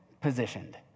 positioned